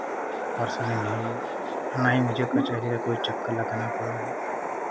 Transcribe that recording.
परेशानी नहीं हुई और ना ही मुझे कचहरी का कोई चक्कर लगाना पड़ा है